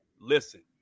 listen